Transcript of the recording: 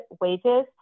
wages